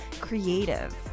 creative